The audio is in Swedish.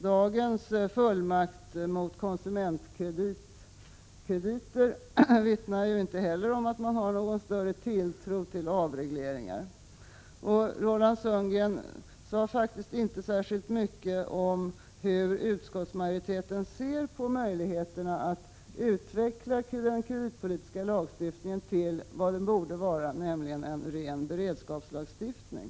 Dagens fullmakt mot konsumentkrediter vittnar ju inte heller om att man har någon större tilltro till avregleringar. Roland Sundgren sade inte särskilt mycket om hur utskottsmajoriteten ser på möjligheterna att utveckla den kreditpolitiska lagstiftningen till vad den borde vara, nämligen en ren beredskapslagstiftning.